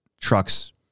trucks